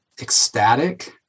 ecstatic